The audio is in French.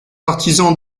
artisans